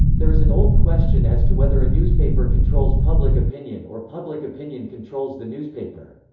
there is an old question as to whether a newspaper controls public opinion or public opinion controls the newspaper.